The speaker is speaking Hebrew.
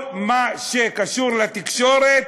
בכל מה שקשור לתקשורת,